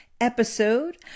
episode